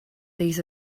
these